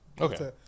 Okay